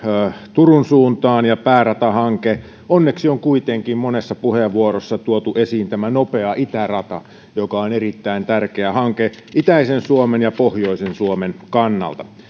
turun suuntaan ja pääratahanke onneksi on kuitenkin monessa puheenvuorossa tuotu esiin tämä nopea itärata joka on erittäin tärkeä hanke itäisen suomen ja pohjoisen suomen kannalta